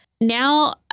now